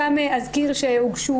גם אזכיר שהוגשה,